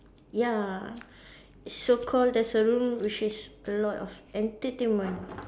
ya so call there's a room which is a lot of entertainment